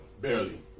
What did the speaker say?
Barely